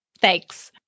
Thanks